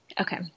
Okay